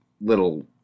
little